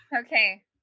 Okay